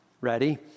Ready